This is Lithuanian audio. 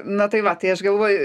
na tai va tai aš galvoju